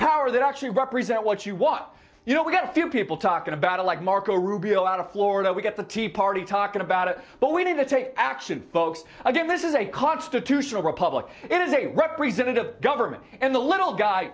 power that actually represent what you want you know we got a few people talking about it like marco rubio out of florida we got the tea party talking about it but we need to take action folks again this is a constitutional republic it is a representative government and the little guy